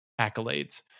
accolades